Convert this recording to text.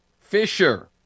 fisher